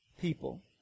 people